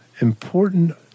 important